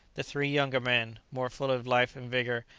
the three younger men, more full of life and vigour,